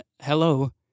hello